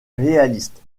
réaliste